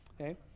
Okay